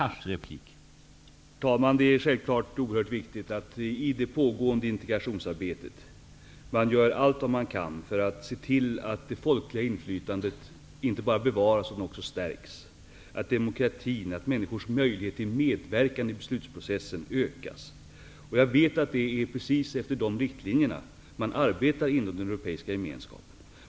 Herr talman! Det är självklart oerhört viktigt att man i det pågående integrationsarbetet gör allt vad man kan för att se till att det folkliga inflytandet inte bara bevaras utan också stärks, att demokratin stärks och att människors möjlighet till medverkan i beslutsprocessen ökas. Jag vet att det är precis efter dessa riktlinjer man arbetar inom den europeiska gemenskapen.